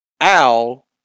Al